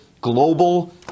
global